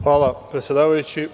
Hvala predsedavajući.